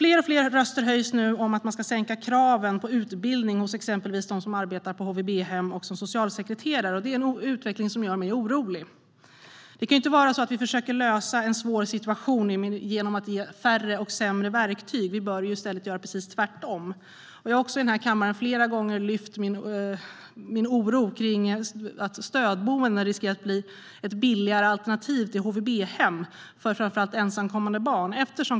Allt fler röster höjs nu om att man ska sänka kraven på utbildning hos exempelvis dem som arbetar på HVB-hem och som socialsekreterare. Det är en utveckling som gör mig orolig. Vi kan inte försöka lösa en svår situation genom att ge färre och sämre verktyg. Vi bör i stället göra precis tvärtom. Jag har vid flera tillfällen i den här kammaren lyft min oro över att stödboenden riskerar att användas som ett billigare alternativ till HVB-hem för framför allt ensamkommande barn.